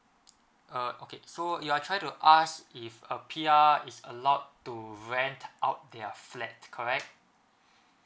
uh okay so you are try to ask if a P_R is allowed to rent out their flat correct